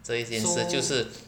这一件事就是